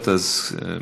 לוועדת הכספים.